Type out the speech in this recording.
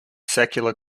secular